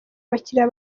abakiriya